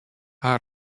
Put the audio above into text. har